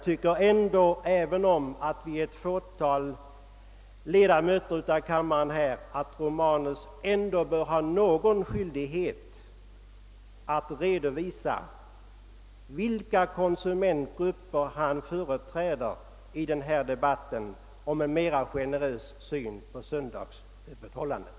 Även om endast ett fåtal ledamöter är närvarande i kammaren tycker jag att herr Bomanus bör ha någon skyldighet alt redovisa vilka konsumentgrupper han företräder i den här debatten om en mera generös syn på söndagsöppethåliandet.